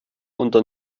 unter